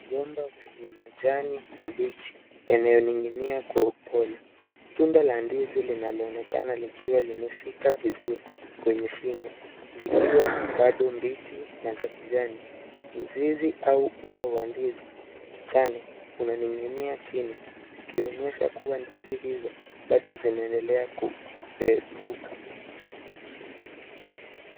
Mgomba yenye majani mabichi yanayoning'inia kwa upole. Tunda la ndizi linaloonekana likiwa limeshika vizuri kwenye shina zikiwa bado mbichi na za kijani. Mzizi au kuwa wa ndizi kijani unaning'inia chini ukionyesha kuwa ndizi hizo bado zinaendelea kupevuka.